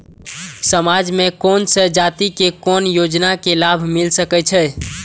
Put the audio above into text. समाज में कोन सा जाति के कोन योजना के लाभ मिल सके छै?